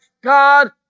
God